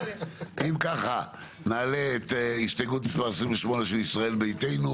אם ככה נעלה את הסתייגות מספר 28 של ישראל ביתנו.